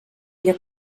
ella